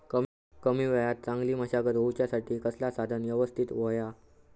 कमी वेळात चांगली मशागत होऊच्यासाठी कसला साधन यवस्तित होया?